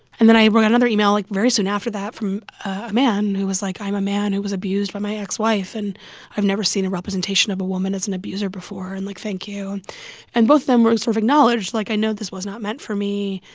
and then i wrote another email, like, very soon after that from a man who was like, i'm a man who was abused by my ex-wife, and i've never seen a representation of a woman as an abuser before. and, like, thank you and both of them were sort of acknowledged, like, i know this was not meant for me,